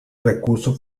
recurso